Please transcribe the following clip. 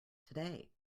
today